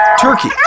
turkey